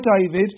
David